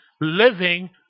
living